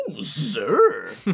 sir